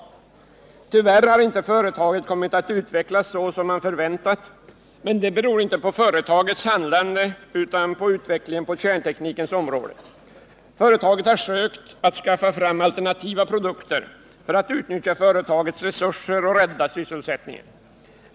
Tyvärr har inte företaget kommit att utvecklas så som man förväntat, men detta beror inte på företagets handlande utan på utvecklingen på kärnteknikens område. Företaget har sökt att skaffa fram alternativa produkter för att utnyttja sina resurser och rädda sysselsättningen.